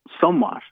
somewhat